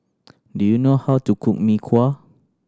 do you know how to cook Mee Kuah